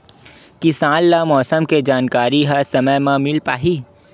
किसान ल मौसम के जानकारी ह समय म मिल पाही?